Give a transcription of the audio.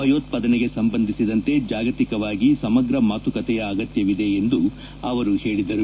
ಭಯೋತ್ಪಾದನೆ ಸಂಬಂಧಿಸಿದಂತೆ ಜಾಗತಿಕವಾಗಿ ಸಮಗ್ರ ಮಾತುಕತೆಯ ಅಗತ್ಯವಿದೆ ಎಂದು ಅವರು ಹೇಳಿದರು